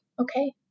Okay